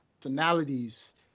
personalities